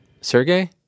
Sergey